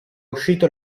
uscito